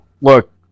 look